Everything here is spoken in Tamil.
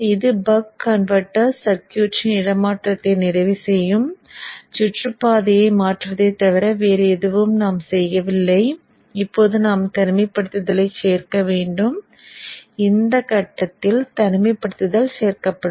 இது பக் கன்வெர்ட்டர்ஸ் சர்க்யூட்டின் இடமாற்றத்தை நிறைவு செய்யும் சுற்றுப் பாதையை மாற்றுவதை தவிர வேறு எதுவும் நாம் செய்யவில்லை இப்போது நாம் தனிமைப்படுத்தலைச் சேர்க்க வேண்டும் இந்த கட்டத்தில் தனிமைப்படுத்தல் சேர்க்கப்படும்